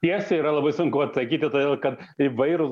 tiesiai yra labai sunku atsakyti todėl kad įvairūs